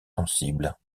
sensible